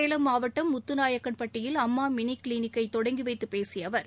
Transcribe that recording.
சேலம் மாவட்டம் முத்துநாயக்கன்பட்டியில் அம்மா மினி கிளினிக்கை தொடங்கிவைத்து பேசிய அவர்